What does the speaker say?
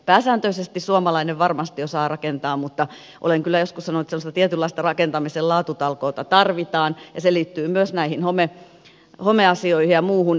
pääsääntöisesti suomalainen varmasti osaa rakentaa mutta olen kyllä joskus sanonut että sellaista tietynlaista rakentamisen laatutalkoota tarvitaan ja se liittyy myös näihin homeasioihin ja muuhun